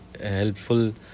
helpful